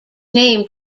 named